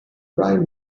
prime